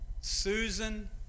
Susan